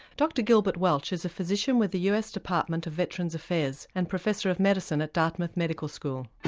dr gilbert welch is a physician with the us department of veterans affairs and professor of medicine at dartmouth medical school.